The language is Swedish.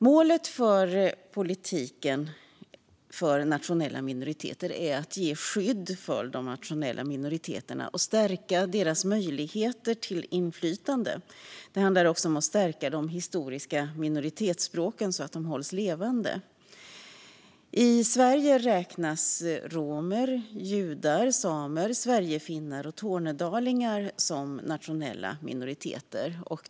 Målet för politiken för nationella minoriteter är att ge de nationella minoriteterna skydd och stärka deras möjligheter till inflytande. Det handlar också om att stärka de historiska minoritetsspråken, så att de hålls levande. I Sverige räknas romer, judar, samer, sverigefinnar och tornedalingar som nationella minoriteter.